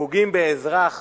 כשפוגעים באזרח